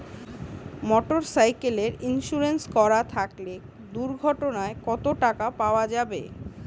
Motorcycle insurance করা থাকলে দুঃঘটনায় কতটাকা পাব?